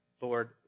Lord